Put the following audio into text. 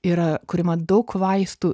yra kuriama daug vaistų